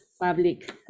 Public